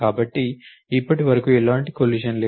కాబట్టి ఇప్పటివరకు ఎటువంటి కొలిషన్ లేదు